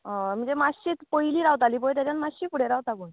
अ म्हणजे मातशें पयलीं रावतालीं पय तेज्यान मातशी फुडें रावता पूण